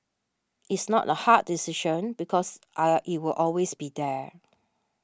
it's not the hard decision because I'll it will always be there